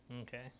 Okay